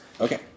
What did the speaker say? okay